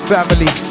Family